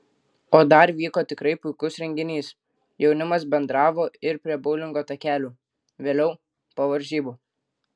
o dar vyko tikrai puikus renginys jaunimas bendravo ir prie boulingo takelių vėliau po varžybų